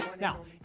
Now